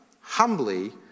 humbly